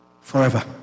forever